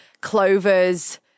Clover's